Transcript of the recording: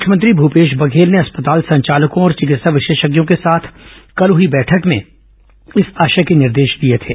मुख्यमंत्री भूपेश बघेल ने अस्पताल संचालकों और विकित्सा विशेषज्ञों के साथ कल हुई बैठक में इस आशय के निर्देश दिए थे